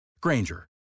Granger